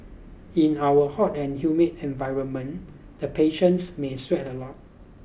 in our hot and humid environment the patients may sweat a lot